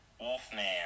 Wolfman